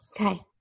Okay